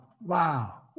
Wow